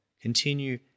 continue